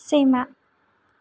सैमा